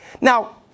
Now